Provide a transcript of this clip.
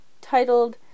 titled